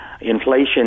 Inflation